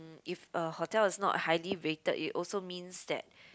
if a hotel is not highly rated it also means that